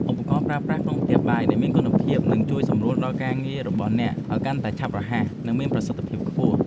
ឧបករណ៍ប្រើប្រាស់ក្នុងផ្ទះបាយដែលមានគុណភាពនឹងជួយសម្រួលដល់ការងាររបស់អ្នកឱ្យកាន់តែឆាប់រហ័ស និងមានប្រសិទ្ធភាពខ្ពស់។